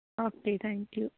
okay ਜੀ thank you